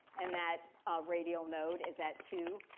and that radial node is at two